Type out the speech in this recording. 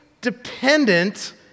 dependent